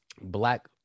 black